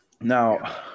Now